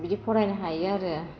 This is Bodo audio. बिदि फरायनो हायो आरो